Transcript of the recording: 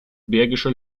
bergische